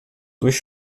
durch